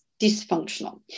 dysfunctional